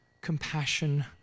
compassion